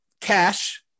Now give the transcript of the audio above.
Cash